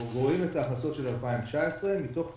רואים את ההכנסות של 2019 מתוך 2019,